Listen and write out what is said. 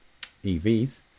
EVs